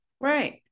Right